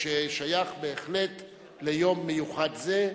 ששייכת בהחלט ליום מיוחד זה.